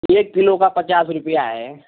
एक किलो का पचास रुपये है